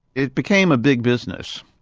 it became a big business.